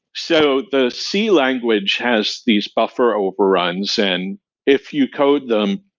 so, the c language has these buffer overruns, and if you code them,